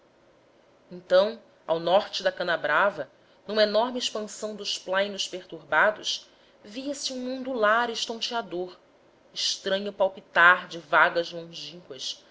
então ao norte da canabrava numa enorme expansão dos plainos perturbados via-se um ondular estonteador estranho palpitar de vagas longínquas